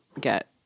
get